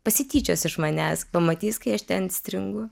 pasityčios iš manęs pamatys kai aš ten stringu